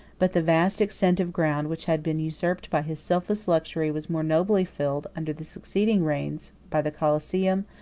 but the vast extent of ground which had been usurped by his selfish luxury was more nobly filled under the succeeding reigns by the coliseum,